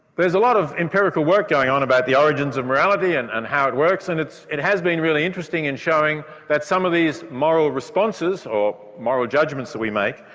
there's a lot of empirical work going on about the origins of morality and and how it works and it has been really interesting in showing that some of these moral responses, or moral judgments that we make,